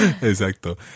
Exacto